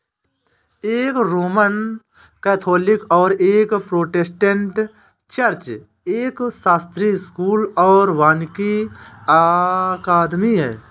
एक Roman Catholic और एक प्रोटेस्टेंट चर्च, एक शास्त्रीय स्कूल और वानिकी अकादमी है